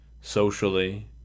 socially